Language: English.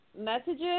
messages